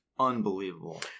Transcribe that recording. Unbelievable